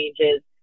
changes